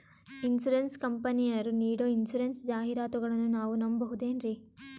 Insurance ಕಂಪನಿಯರು ನೀಡೋ insurance ಜಾಹಿರಾತುಗಳನ್ನು ನಾವು ನಂಬಹುದೇನ್ರಿ?